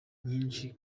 nyinshi